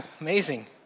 amazing